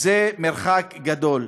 זה מרחק גדול.